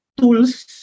tools